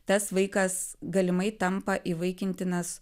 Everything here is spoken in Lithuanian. tas vaikas galimai tampa įvaikintinas